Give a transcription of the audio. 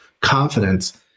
confidence